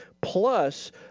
plus